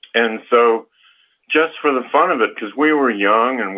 and so just for the fun of it, because we were young, and